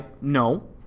No